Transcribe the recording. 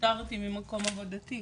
פוטרתי ממקום עבודתי,